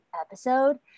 episode